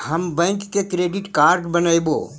हम bank credit card बनैवो?